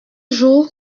jour